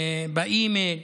באימייל,